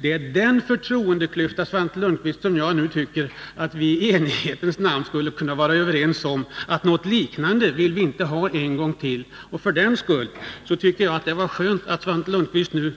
Det är med tanke på den förtroendeklyftan, Svante Lundkvist, som jag nu tycker att vi i enighetens namn skall kunna vara överens om att vi inte vill uppleva något liknande en gång till. För den skull tycker jag att det är skönt att kunna konstatera att Svante Lundkvist nu